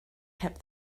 kept